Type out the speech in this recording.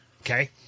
okay